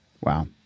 Wow